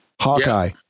Hawkeye